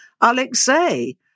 Alexei